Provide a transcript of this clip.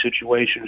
situations